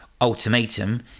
ultimatum